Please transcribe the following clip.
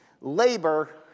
labor